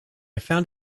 found